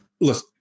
look